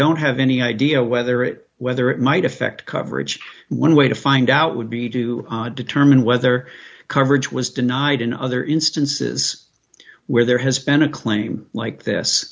don't have any idea whether it whether it might affect coverage one way to find out would be to determine whether coverage was denied in other instances where there has been a claim like this